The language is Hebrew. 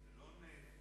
הלוא מה יקרה